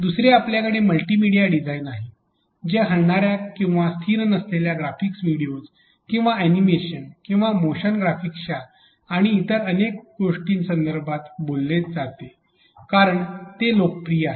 दुसरे आपल्याकडे multimedia design आहे जे हलणाऱ्या किंवा स्थिर नसलेले ग्राफिक्स व्हिडीओज किंवा अॅनिमेशन किंवा मोशन ग्राफिक्सच्या आणि इतर अनेक गोष्टीं संदर्भात बद्दल बोलते कारण ते लोकप्रिय आहे